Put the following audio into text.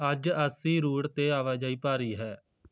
ਅੱਜ ਅੱਸੀ ਰੂਟ 'ਤੇ ਆਵਾਜਾਈ ਭਾਰੀ ਹੈ